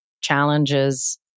challenges